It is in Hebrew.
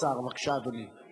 בבקשה, אדוני כבוד השר.